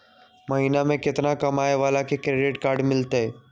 महीना में केतना कमाय वाला के क्रेडिट कार्ड मिलतै?